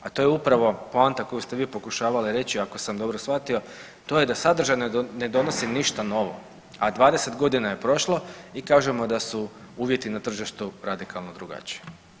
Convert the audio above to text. A to je upravo poanta koju ste vi pokušavali reći, ako sam dobro shvatio, to je da sadržaj ne donosi ništa novo, a 20 godina je prošlo i kažemo da su uvjeti na tržištu radikalno drugačiji.